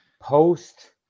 post